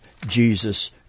Jesus